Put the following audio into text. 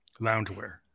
loungewear